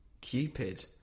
Cupid